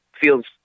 feels